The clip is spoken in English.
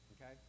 okay